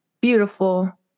beautiful